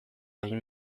egin